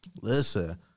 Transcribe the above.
Listen